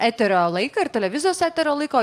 eterio laiką ir televizijos eterio laiko